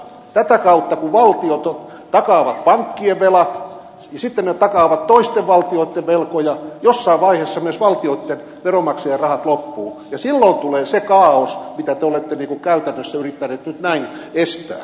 tätä kautta kun valtiot takaavat pankkien velat ja sitten ne takaavat toisten valtioitten velkoja jossain vaiheessa myös valtioitten veronmaksajien rahat loppuvat ja silloin tulee se kaaos mitä te olette niin kuin käytännössä yrittäneet nyt näin estää